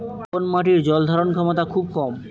কোন মাটির জল ধারণ ক্ষমতা খুব কম?